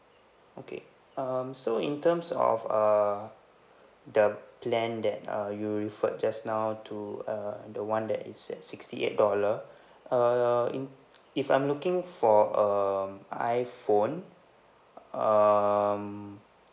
okay um so in terms of err the plan that uh you referred just now to uh the one that is at sixty eight dollar err in if I'm looking for um iphone um